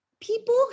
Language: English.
People